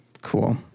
cool